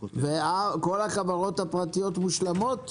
וכל החברות הפרטיות מושלמות?